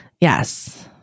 Yes